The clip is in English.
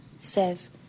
Says